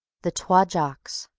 the twa jocks